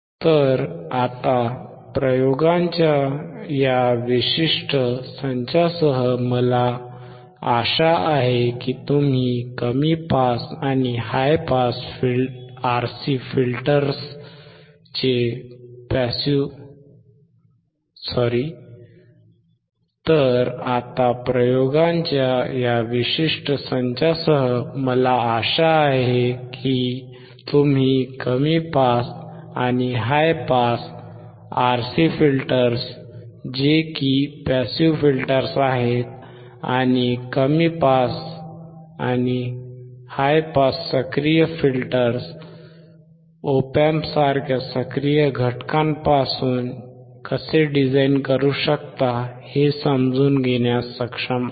तर आता प्रयोगांच्या या विशिष्ट संचासह मला आशा आहे की तुम्ही कमी पास आणि हाय पास आरसी फिल्टर्स जे पॅसिव्ह फिल्टर्स आहेत आणि कमी पास आणि हाय पास सक्रिय फिल्टर्स op amp सारख्या सक्रिय घटकांसह कसे डिझाइन करू शकता हे समजून घेण्यास सक्षम आहात